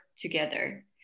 together